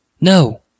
No